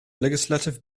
legislative